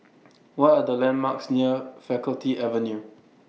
What Are The landmarks near Faculty Avenue